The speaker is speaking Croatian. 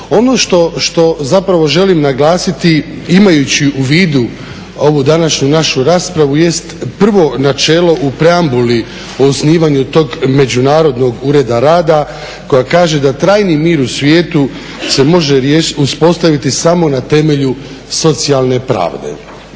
Ono što zapravo želim naglasiti imajući u vidu ovu današnju našu raspravu jest prvo načelo u preambuli u osnivanju tog Međunarodnog ureda rada koja kaže da trajni mir u svijetu se može uspostaviti samo na temelju socijalne pravde